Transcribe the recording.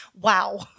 wow